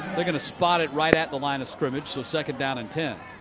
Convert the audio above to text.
they're going to spot it right at the line of scrimmage. so second down and ten.